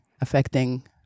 affecting